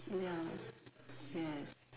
ya yes